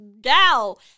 gal